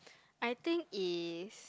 I think is